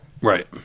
right